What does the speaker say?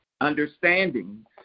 Understanding